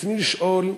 רצוני לשאול: